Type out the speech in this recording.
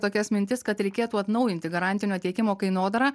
tokias mintis kad reikėtų atnaujinti garantinio tiekimo kainodarą